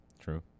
True